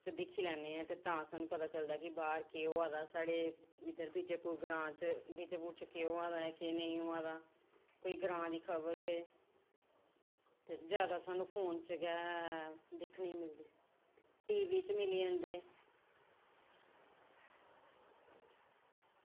च दिक्खी लैन्ने ते तां स्हानू पता चलदा कि बाहर केह् होआ दा साढ़े बिजयपुर ग्रांऽ च विजयपुर च केह् होआ दा ऐ ते केह् नेईं होआ दा ते जे ग्रांऽ दी खबर होऐ ते जादै स्हानू ग्रांऽ च गै दिक्खने गी मिलदी टीवी च मिली जंदे